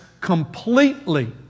completely